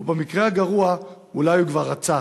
או במקרה הגרוע הוא כבר רצח?